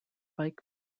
bike